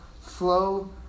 flow